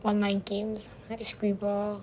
online games like scribble